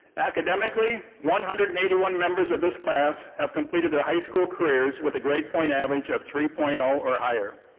academically, one hundred and eighty one members of this class have completed their high school careers with a grade point average of three point zero or higher.